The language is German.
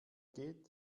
geht